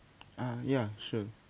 ah yeah sure